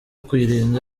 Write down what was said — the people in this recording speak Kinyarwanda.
kuyirinda